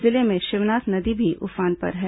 जिले में शिवनाथ नदी भी उफान पर है